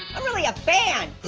i'm really a fan